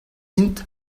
int